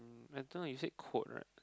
I don't know you said quote right